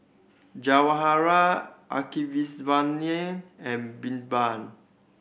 Jawaharlal and Birbal